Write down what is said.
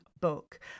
book